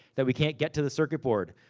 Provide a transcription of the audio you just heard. that we can't get to the circuit board.